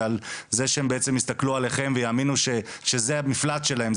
ועל זה שבסוף הם יסתכלו עליכם ויאמינו שזה המפלט שלהם,